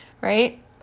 Right